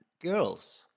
girls